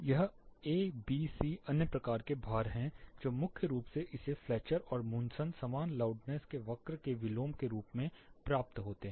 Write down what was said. यह A B C अन्य प्रकार के भार हैं जो मुख्य रूप से इस फ्लेचर और मुनसन समान लाउडनेस के वक्र के विलोम के रूप में प्राप्त होते हैं